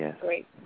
Great